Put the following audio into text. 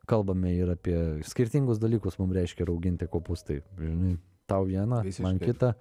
kalbame ir apie skirtingus dalykus mum reiškia rauginti kopūstai žinai tau vieną man kitą